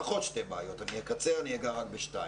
לפחות שתי בעיות אבל אני אקצר ואגע רק בשתיים.